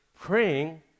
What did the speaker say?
praying